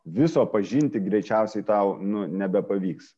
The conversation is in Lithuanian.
viso pažinti greičiausiai tau nu nebepavyks